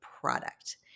product